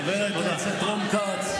חבר הכנסת רון כץ,